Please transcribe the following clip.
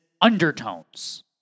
undertones